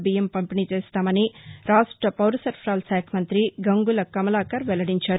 బియ్యం పంపిణీ చేస్తామని రాష్ట పౌరసరఫరాల శాఖ మంఠి గంగుల కమలాకర్ వెల్లడించారు